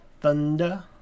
Thunder